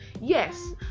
yes